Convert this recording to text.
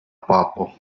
papo